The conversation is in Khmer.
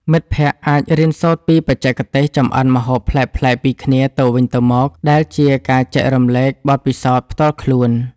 មិត្តភក្តិអាចរៀនសូត្រពីបច្ចេកទេសចម្អិនម្ហូបប្លែកៗពីគ្នាទៅវិញទៅមក ដែលជាការចែករំលែកបទពិសោធន៍ផ្ទាល់ខ្លួន។